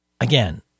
again